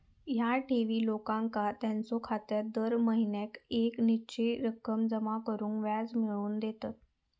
ह्या ठेवी लोकांका त्यांच्यो खात्यात दर महिन्याक येक निश्चित रक्कम जमा करून व्याज मिळवून देतत